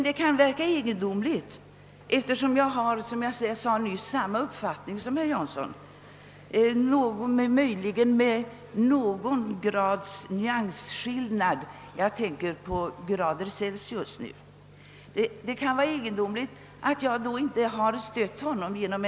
Det kan verka egendomligt, menar jag, när jag i denna fråga har samma uppfattning som herr Jansson, fastän vi tillhör väsensskilda partier, att jag inte stött honom genom en motiverad reservation. Det ligger kanske någon grads skillnad i våra uppfattningar, men då tänker jag enbart på grader Celsius.